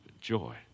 joy